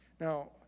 Now